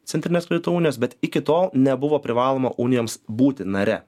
centrinės kredito unijos bet iki tol nebuvo privaloma unijoms būti nare